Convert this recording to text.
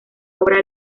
obra